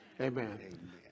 Amen